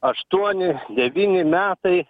aštuoni devyni metai